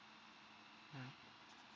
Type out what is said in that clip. mm